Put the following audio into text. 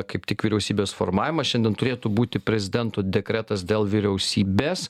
kaip tik vyriausybės formavimas šiandien turėtų būti prezidento dekretas dėl vyriausybės